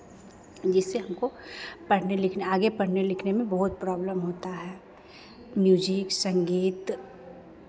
जिससे हमको पढ़ने लिखने आगे पढ़ने लिखने में बहुत प्रॉब्लम होता है म्यूज़िक संगीत